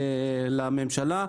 לממשלה.